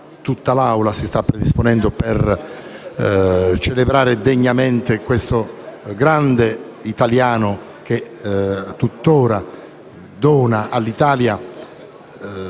tutta l'Assemblea si stia predisponendo per celebrare degnamente questo grande italiano che tuttora dona all'Italia